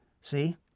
See